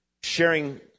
sharing